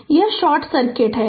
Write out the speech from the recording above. तो यह short circuit है